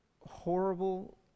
horrible